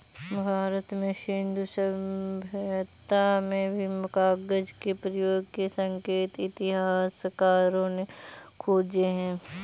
भारत में सिन्धु सभ्यता में भी कागज के प्रयोग के संकेत इतिहासकारों ने खोजे हैं